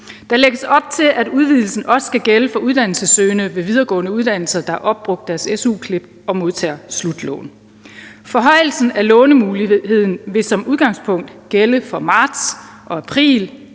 Der lægges op til, at udvidelsen også skal gælde for uddannelsessøgende ved videregående uddannelser, der har opbrugt deres su-klip og modtager slutlån. Forhøjelsen af lånemuligheden vil som udgangspunkt gælde for marts og april